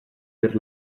per